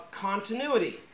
continuity